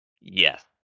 Yes